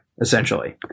essentially